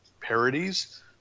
parodies